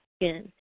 again